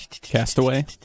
Castaway